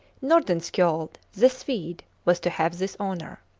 nordenskiold the swede was to have this honour.